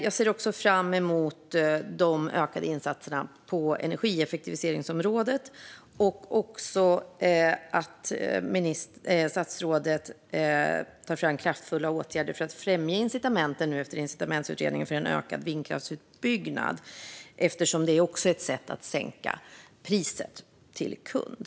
Jag ser fram emot de ökade insatserna på energieffektiviseringsområdet och att statsrådet tar fram kraftfulla åtgärder för att främja incitamenten efter den så kallade incitamentsutredningen för ökad vindkraftsutbyggnad, eftersom det också är ett sätt att sänka priset till kund.